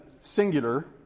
singular